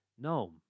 No